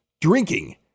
drinking